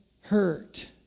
hurt